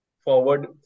forward